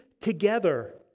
together